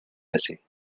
passée